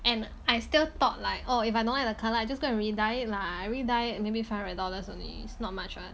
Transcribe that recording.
and I still thought like oh if I don't like the colour just go and redye it lah I redye maybe five hundred dollars only it's not much what